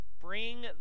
bring